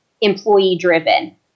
employee-driven